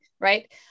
right